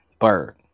Bird